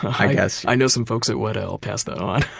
ah i guess. i know some folks at wudl. i'll pass that on.